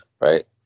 right